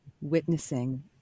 witnessing